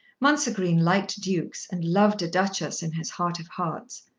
mounser green liked dukes, and loved a duchess in his heart of hearts.